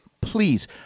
please